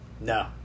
No